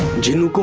genie